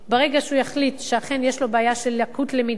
ברגע שהוא יחליט שאכן יש לו בעיה של לקות למידה,